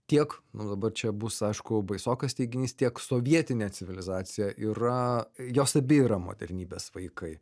tiek nu dabar čia bus aišku baisokas teiginys tiek sovietinė civilizacija yra jos abi yra modernybės vaikai